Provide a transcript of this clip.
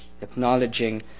acknowledging